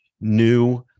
new